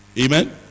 Amen